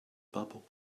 bubble